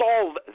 solve